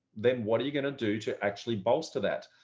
then what are you going to do to actually bolster that?